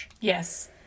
Yes